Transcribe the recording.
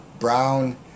Brown